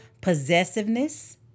possessiveness